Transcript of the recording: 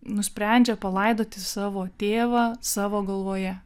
nusprendžia palaidoti savo tėvą savo galvoje